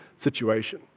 situation